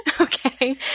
Okay